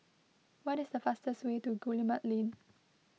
what is the fastest way to Guillemard Lane